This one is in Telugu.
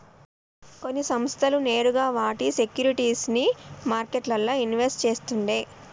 కొన్ని సంస్థలు నేరుగా వాటి సేక్యురిటీస్ ని మార్కెట్లల్ల ఇన్వెస్ట్ చేస్తుండే